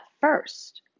first